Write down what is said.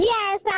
Yes